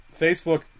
Facebook